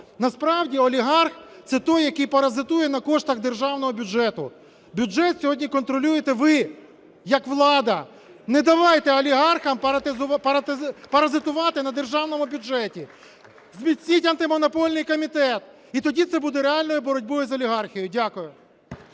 Насправді олігарх – це той, який паразитує на коштах державного бюджету. Бюджет сьогодні контролюєте ви як влада. Не давайте олігархам паразитувати на державному бюджеті. Зміцніть Антимонопольний комітет і тоді це буде реальною боротьбою з олігархією. Дякую.